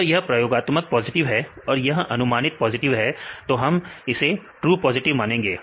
अगर यह प्रयोगात्मक पॉजिटिव है और यह अनुमानित पॉजिटिव है तो हम इसे ट्रू पॉजिटिव मानेंगे